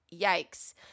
yikes